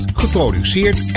geproduceerd